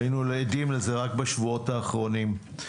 היינו עדים לזה רק בשבועות האחרונים.